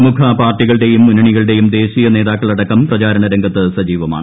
പ്രമുഖ പാർട്ടികളുടെയും ് മുന്നണികളുടെയും ദേശീയ നേതാക്കളടക്കം പ്രചാരണ രംഗത്ത് സജീവമാണ്